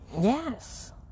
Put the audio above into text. yes